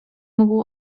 mógł